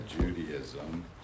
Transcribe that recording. Judaism